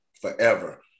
forever